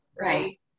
right